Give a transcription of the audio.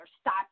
stop